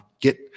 get